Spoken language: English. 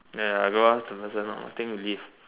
ya you go ask the person lor think you leave